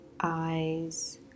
eyes